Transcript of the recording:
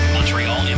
Montreal